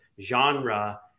genre